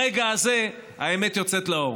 ברגע הזה האמת יוצאת לאור.